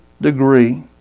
degree